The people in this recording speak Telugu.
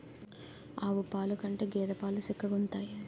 ఆవు పాలు కంటే గేద పాలు సిక్కగుంతాయి